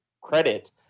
credit